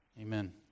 Amen